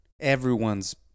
everyone's